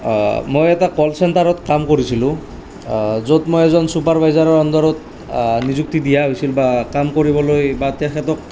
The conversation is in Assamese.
মই এটা ক'ল চেণ্টাৰত কাম কৰিছিলোঁ য'ত মই এজন ছুপাৰভাইজাৰৰ আণ্ডাৰত নিযুক্তি দিয়া হৈছিল বা কাম কৰিবলৈ বা তেখেতক